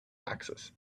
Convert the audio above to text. axis